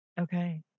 Okay